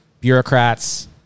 bureaucrats